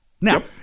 now